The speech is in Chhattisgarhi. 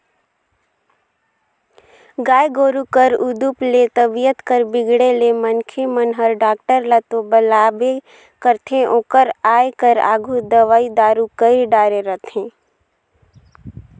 गाय गोरु कर उदुप ले तबीयत कर बिगड़े ले मनखे मन हर डॉक्टर ल तो बलाबे करथे ओकर आये कर आघु दवई दारू कईर डारे रथें